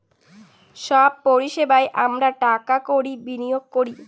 সব পরিষেবায় আমরা টাকা কড়ি বিনিয়োগ করি